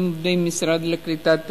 במשרד לקליטת עלייה,